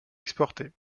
exporté